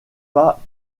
pas